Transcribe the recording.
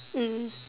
mm